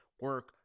Work